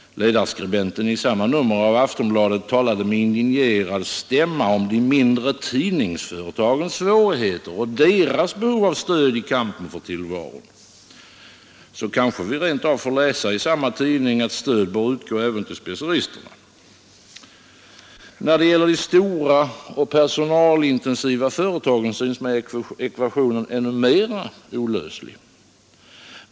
Ledarskribenten i samma nummer av Aftonbladet talade med indignerad stämma om de mindre tidningsföretagens svårigheter och deras behov av stöd i kampen för tillvaron. Kanske vi rent av får läsa i samma tidning att stöd bör utgå även till speceristerna. När det gäller de stora och personalintensiva företagen synes mig ekvationen ännu mera olöslig.